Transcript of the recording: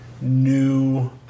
new